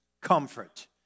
Comfort